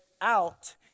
out